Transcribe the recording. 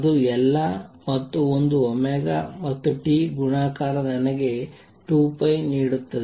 ಅದು ಎಲ್ಲಾ ಮತ್ತು 1 ಮತ್ತು T ಗುಣಾಕಾರ ನನಗೆ 2 ನೀಡುತ್ತದೆ